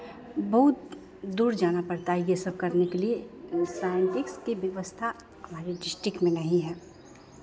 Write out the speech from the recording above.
बहुत दूर जाना पड़ता है ये सब करने के लिये साइंटिस्ट की व्यवस्था हमारे डिस्ट्रिक में नहीं है